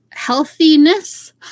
healthiness